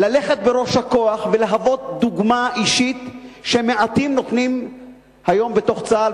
ללכת בראש הכוח ולהוות דוגמה אישית שמעטים נותנים היום בתוך צה"ל.